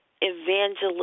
Evangelist